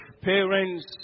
parents